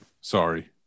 Sorry